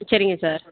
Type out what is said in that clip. சரிங்க சார்